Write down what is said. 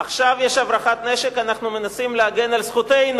עכשיו יש הברחת נשק, אנחנו מנסים להגן על זכותנו.